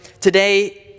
Today